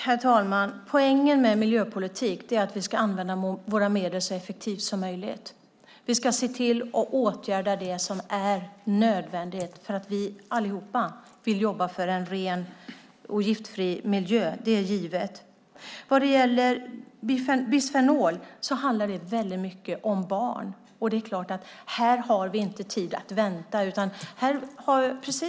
Herr talman! Poängen med miljöpolitik är att vi ska använda våra medel så effektivt som möjligt. Vi ska se till att åtgärda det som är nödvändigt. Det är givet att vi alla vill jobba för en ren och giftfri miljö. När det gäller bisfenol handlar det mycket om barn så vi har inte tid att vänta.